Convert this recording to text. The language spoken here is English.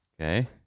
Okay